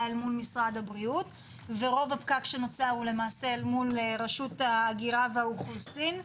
מול משרד הבריאות ורוב הפקק הוא מול רשות ההגירה והאוכלוסין.